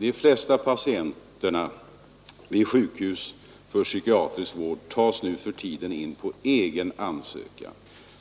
De flesta patienter vid sjukhus för psykiatrisk vård tas nu för tiden in på egen ansökan.